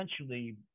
essentially